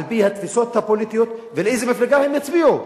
על-פי התפיסות הפוליטיות ולאיזה מפלגה הם הצביעו,